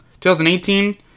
2018